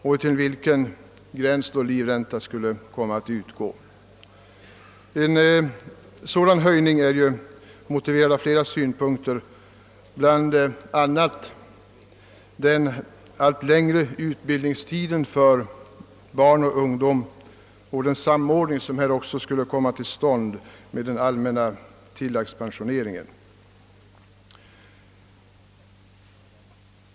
Livränta kan alltså utgå upp till denna gräns, och den höjningen är motiverad av flera skäl, bl.a. av den allt längre utbildningstiden för ungdomen och den samordning som därigenom kan komma till stånd med den allmänna tilläggspensioneringen.